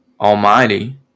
Almighty